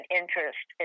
interest